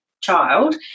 child